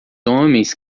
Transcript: homens